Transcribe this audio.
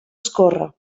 escórrer